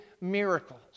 miracles